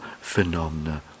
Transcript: phenomena